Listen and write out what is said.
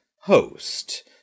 host